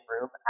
room